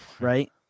right